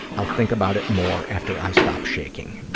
i'll think about it more after i stop shaking.